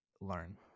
learn